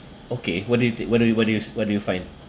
okay what do you take what do you what do you what do you find